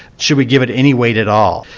should we give it any weight at all?